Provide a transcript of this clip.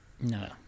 No